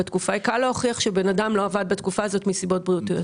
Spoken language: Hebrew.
קל להוכיח שבן אדם לא עבד בתקופה הזאת מסיבות בריאותיות.